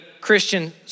Christian